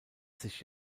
sich